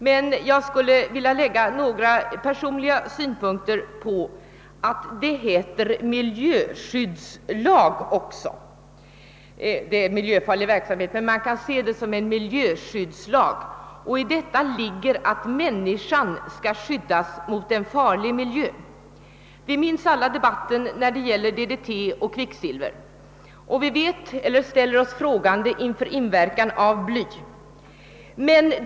Men jag skulle vilja tillägga några personliga synpunkter på att denna lag heter miljöskyddslag. I detta ligger att människan skall skyddas mot en farlig miljö. Vi minns alla debatten i fråga om DDT och kvicksilver, och vi ställer oss frågande inför inverkan av bly.